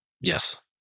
Yes